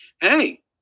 Hey